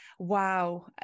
Wow